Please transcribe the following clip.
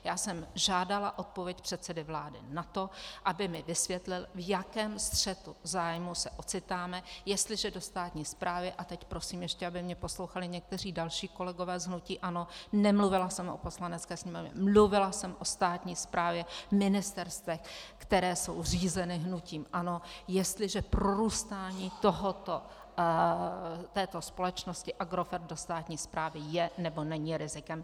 Já jsem žádala odpověď předsedy vlády na to, aby mi vysvětlil, v jakém střetu zájmu se ocitáme, jestliže do státní správy a teď prosím, aby mě poslouchali ještě někteří další kolegové z hnutí ANO, nemluvila jsem o Poslanecké sněmovně, mluvila jsem o státní správě, ministerstvech, která jsou řízena hnutím ANO jestliže prorůstání této společnosti Agrofert do státní správy je, nebo není rizikem.